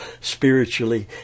spiritually